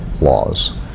laws